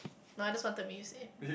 nah just wanted me you say